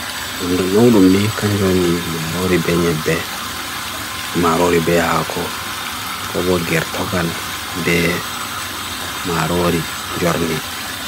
Nyamdu noulumni kanyoni marori benye bae, marori bae hako kovot gerthogal bae marori jorni.